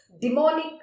demonic